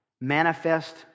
manifest